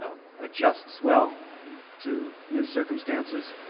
adjusts well to new circumstances,